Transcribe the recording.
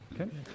okay